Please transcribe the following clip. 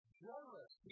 jealous